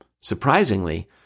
Surprisingly